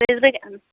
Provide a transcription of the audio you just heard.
کٔژ بج ان